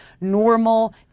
normal